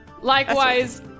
Likewise